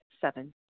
Seven